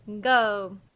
go